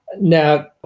Now